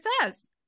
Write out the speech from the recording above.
says